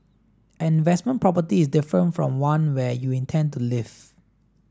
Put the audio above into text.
an investment property is different from one where you intend to live